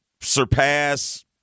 surpass